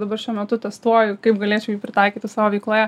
dabar šiuo metu testuoju kaip galėčiau jį pritaikyti savo veikloje